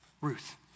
Ruth